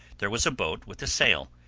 there was a boat with a sail,